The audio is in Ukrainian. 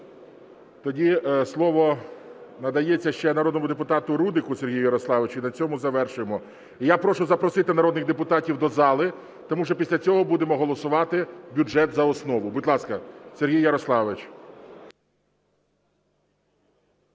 Тоді слово надається ще народному депутату Рудику Сергію Ярославовичу - і на цьому завершуємо. І я прошу запросити народних депутатів до зали, тому що після цього будемо голосувати бюджет за основу. Будь ласка, Сергій Ярославович.